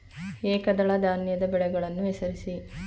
ಏಕದಳ ಧಾನ್ಯದ ಬೆಳೆಗಳನ್ನು ಹೆಸರಿಸಿ?